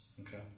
Okay